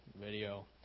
video